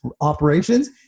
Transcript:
operations